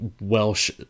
Welsh